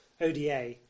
ODA